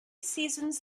seasons